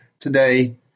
today